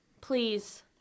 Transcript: Please